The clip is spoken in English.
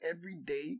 everyday